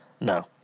No